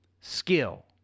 skill